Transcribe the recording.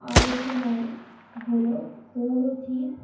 আলোচনায় হলো পৌরধীস